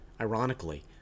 Ironically